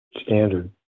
standard